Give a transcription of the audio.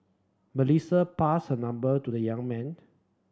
Melissa passed her number to the young man